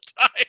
time